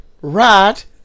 right